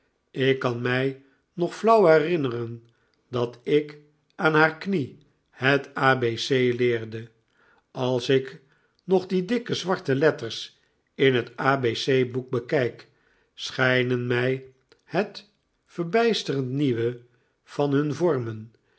ik kan mij nog flauw herinneren dat ik aan haar knie het abc leerde als ik nog die dikke zwarte letters in het abc boek bekijk schijnen mij het verbijsterend nieuwe van hun vormen